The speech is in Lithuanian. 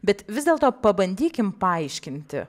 bet vis dėlto pabandykim paaiškinti